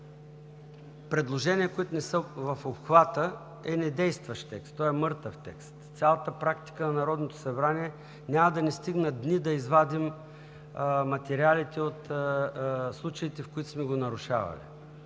предложения, които не са в обхвата, е недействащ текст. Той е мъртъв текст. В цялата практика на Народното събрание няма да ни стигнат дни да извадим материалите от случаите, в които сме го нарушавали